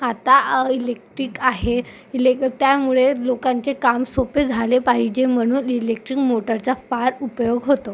आता आ इलेक्ट्रिक आहे इलेक् त्यामुळे लोकांचे काम सोपे झाले पाहिजे म्हणून इलेक्ट्रिक मोटरचा फार उपयोग होतो